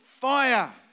fire